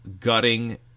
gutting